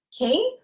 okay